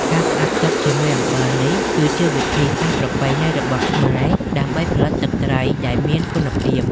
ការផ្អាប់ទុកជាមួយ អំបិលនេះគឺជាវិធីសាស្ត្រប្រពៃណីរបស់ខ្មែរដើម្បីផលិតទឹកត្រីដែលមានគុណភាព។